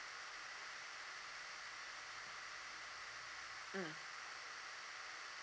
mm